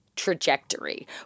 trajectory